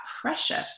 pressure